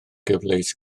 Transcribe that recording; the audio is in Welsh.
gyfleus